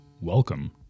welcome